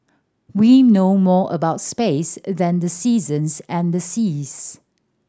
we know more about space than the seasons and the seas